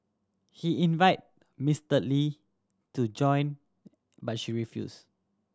he invited Mister Lee to join but she refused